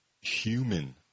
human